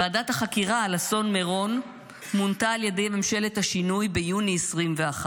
ועדת החקירה על אסון מירון מונתה על ידי ממשלת השינוי ביוני 2021,